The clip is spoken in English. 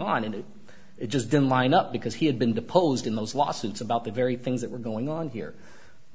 on and it just didn't line up because he had been deposed in those lawsuits about the very things that were going on here